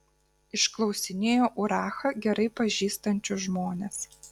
išklausinėjo urachą gerai pažįstančius žmones